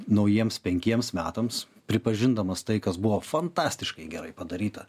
naujiems penkiems metams pripažindamas tai kas buvo fantastiškai gerai padaryta